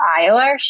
Iowa